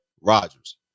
Rodgers